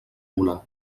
volar